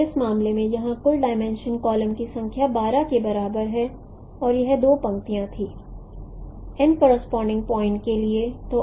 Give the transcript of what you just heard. तो इस मामले में यहां कुल डाईमेंशन कालम की संख्या 12 के बराबर है और यह 2 पंक्तियां थीं एन करोसपोंडिंग पॉइंट के लिए